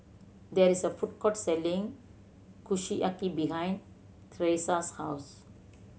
there is a food court selling Kushiyaki behind Teresa's house